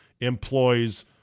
employs